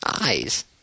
Eyes